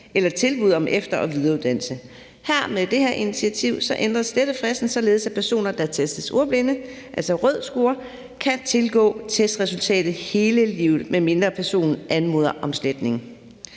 eller tilbud om efter- og videreuddannelse. Med det her initiativ ændres slettefristen, således at personer, der testes ordblinde – altså den røde score – kan tilgå testresultatet hele livet, medmindre personen anmoder om sletning.